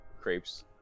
Crepes